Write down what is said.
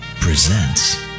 presents